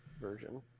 version